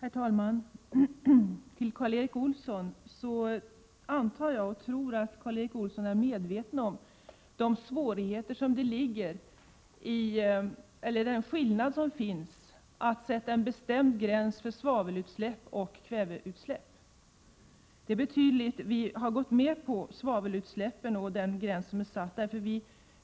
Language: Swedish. Herr talman! Till Karl Erik Olsson vill jag säga att jag antar att han är medveten om att det är skillnad att sätta en bestämd gräns mellan svavelutsläpp och kväveutsläpp. Vi har gått med på en gränsdragning för svavelutsläppen därför att